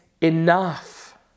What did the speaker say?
enough